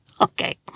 Okay